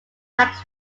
max